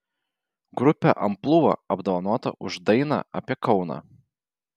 grupė amplua apdovanota už dainą apie kauną